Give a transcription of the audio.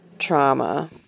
trauma